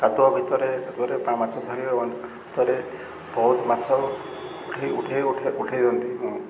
କାଦୁଅ ଭିତରେ କାଦୁଅରେ ମାଛ ଧରିବ ହାତରେ ବହୁତ ମାଛ ଉଠେଇ ଦିଅନ୍ତି ମୁଁ